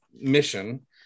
mission